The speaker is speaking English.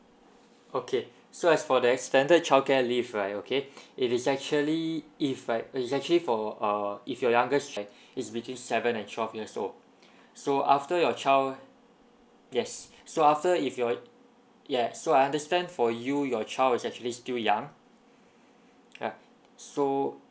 okay so as for the extended childcare leave right okay it is actually if right is actually for uh if your youngest child is between seven and twelve years old so after your child yes so after if you're ya so I understand for you your child is actually still young ya so